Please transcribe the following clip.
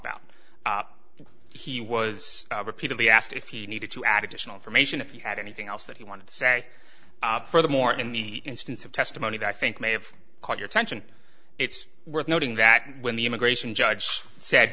about he was repeatedly asked if he needed to add additional information if you had anything else that he wanted to say furthermore to me instance of testimony that i think may have caught your attention it's worth noting that when the immigration judge said